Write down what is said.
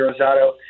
Rosado